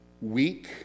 weak